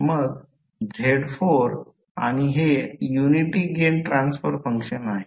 मग Z4 आणि हे युनिटी गेन ट्रान्सफर फंक्शन आहे